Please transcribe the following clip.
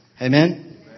Amen